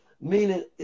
Meaning